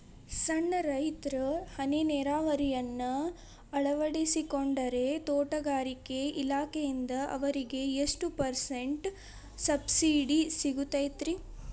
ಸಣ್ಣ ರೈತರು ಹನಿ ನೇರಾವರಿಯನ್ನ ಅಳವಡಿಸಿಕೊಂಡರೆ ತೋಟಗಾರಿಕೆ ಇಲಾಖೆಯಿಂದ ಅವರಿಗೆ ಎಷ್ಟು ಪರ್ಸೆಂಟ್ ಸಬ್ಸಿಡಿ ಸಿಗುತ್ತೈತರೇ?